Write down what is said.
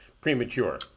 premature